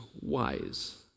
wise